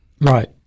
Right